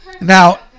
Now